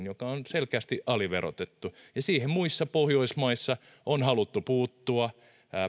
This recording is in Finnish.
joka on selkeästi aliverotettu siihen muissa pohjoismaissa on haluttu puuttua